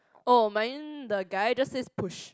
oh mine the guy just says push